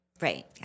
Right